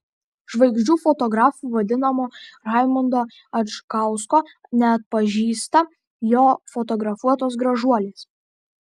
žvaigždžių fotografu vadinamo raimundo adžgausko neatpažįsta jo fotografuotos gražuolės